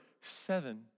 Seven